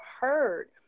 heard